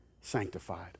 sanctified